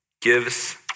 gives